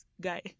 guy